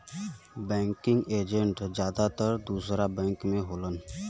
banking agent जादातर खुदरा bank में होलन